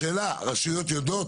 השאלה: הרשויות יודעות?